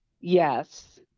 Yes